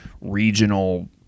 regional